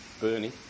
Bernie